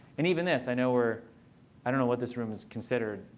and even this. i know we're i don't know what this room is considered.